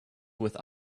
with